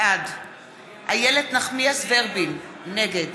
בעד איילת נחמיאס ורבין, נגד